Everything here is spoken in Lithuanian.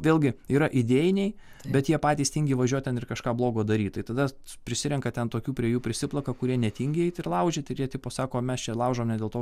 vėlgi yra idėjiniai bet jie patys tingi važiuot ten ir kažką blogo daryt tai tada prisirenka ten tokių prie jų prisiplaka kurie netingi eit ir laužyt ir jie tipo sako mes čia laužom ne dėl to